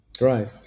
Right